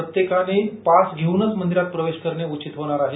प्रत्येकाने पास घेऊनच मंदीरात प्रवेश करणे उचीत होणार आहे